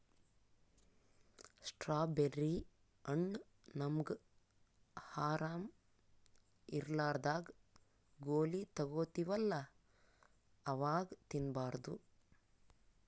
strawberry ಹಣ್ಣ್ ನಮ್ಗ್ ಆರಾಮ್ ಇರ್ಲಾರ್ದಾಗ್ ಗೋಲಿ ತಗೋತಿವಲ್ಲಾ ಅವಾಗ್ ತಿನ್ಬಾರ್ದು